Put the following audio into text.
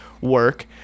work